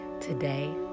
Today